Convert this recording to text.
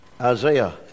Isaiah